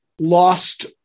lost